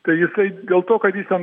tai jisai dėl to kad jis ten